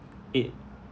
it